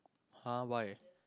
[huh] why